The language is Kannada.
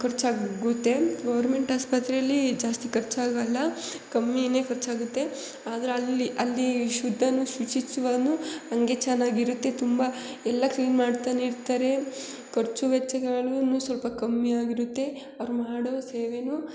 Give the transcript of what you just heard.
ಖರ್ಚಾಗುತ್ತೆ ಗೌರ್ಮೆಂಟ್ ಆಸ್ಪತ್ರೆಯಲ್ಲಿ ಜಾಸ್ತಿ ಖರ್ಚಾಗಲ್ಲ ಕಮ್ಮಿಯೇ ಖರ್ಚಾಗುತ್ತೆ ಆದ್ರೆ ಅಲ್ಲಿ ಅಲ್ಲಿ ಶುದ್ಧವೂ ಶುಚಿತ್ವನು ಹಂಗೆ ಚೆನ್ನಾಗಿರುತ್ತೆ ತುಂಬ ಎಲ್ಲ ಕ್ಲೀನ್ ಮಾಡ್ತಲೇ ಇರ್ತಾರೆ ಖರ್ಚು ವೆಚ್ಚಗಳೂ ಸ್ವಲ್ಪ ಕಮ್ಮಿಯಾಗಿರುತ್ತೆ ಅವ್ರು ಮಾಡೋ ಸೇವೆಯೂ